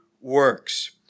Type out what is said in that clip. works